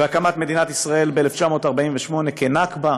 ואת הקמת מדינת ישראל ב-1948 כנכבה,